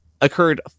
occurred